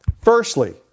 Firstly